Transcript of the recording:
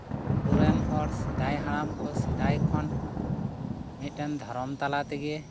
ᱟᱵᱚᱨᱮᱱ ᱦᱚᱲ ᱥᱮᱫᱟᱭ ᱦᱟᱲᱟᱢ ᱠᱷᱚᱱ ᱥᱮᱫᱟᱭ ᱨᱮᱱ ᱢᱤᱫᱴᱮᱱ ᱫᱷᱚᱨᱚᱢ ᱛᱟᱞᱟᱛᱮᱜᱮ